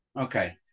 Okay